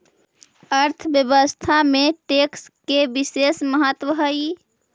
अर्थव्यवस्था में टैक्स के बिसेस महत्व हई